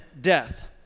death